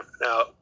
Now